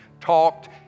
talked